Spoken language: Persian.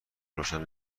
روشن